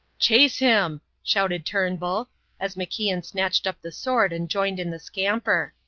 chase him! shouted turnbull as macian snatched up the sword and joined in the scamper.